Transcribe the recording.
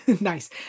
nice